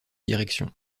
direction